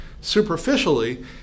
Superficially